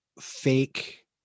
fake